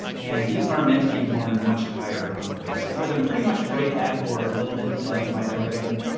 and these are meant to be worn much higher on the waist. i wear them pretty much right at or a little bit above my belly button.